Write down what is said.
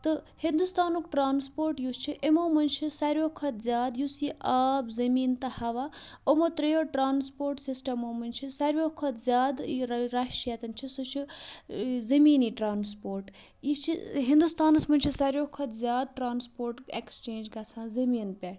تہٕ ہِندوستانُک ٹرٛانسپوٹ یُس چھِ یِمو منٛز چھِ ساروِیو کھۄتہٕ زیادٕ یُس یہِ آب زٔمیٖن تہٕ ہَوا یِمو ترٛیٚیو ٹرٛانسپوٹ سِسٹَمو منٛز چھِ ساروِیو کھۄتہٕ زیادٕ یہِ رَشیَتَن چھِ سُہ چھِ زٔمیٖنی ٹرٛانسپوٹ یہِ چھِ ہِندوستانَس منٛز چھِ ساروِیو کھۄتہٕ زیادٕ ٹرٛانسپوٹ ایکٕسچینٛج گژھان زٔمیٖن پٮ۪ٹھ